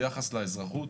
ביחס לאזרחות,